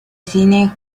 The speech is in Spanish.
cine